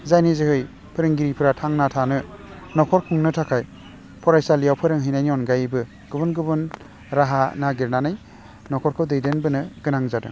जायनि जोहै फोरोंगिरिफ्रा थांना थानो नख'र खुंनो थाखाय फरायसालियाव फोरोंहैनायनि अनगायैबो गुबुन गुबुन राहा नागिरनानै नख'रखौ दैदेनबोनो गोनां जादों